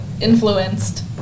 Influenced